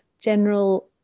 general